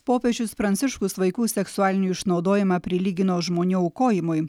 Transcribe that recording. popiežius pranciškus vaikų seksualinį išnaudojimą prilygino žmonių aukojimui